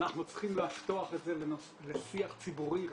אנחנו צריכים לפתוח את זה לשיח ציבורי רחב,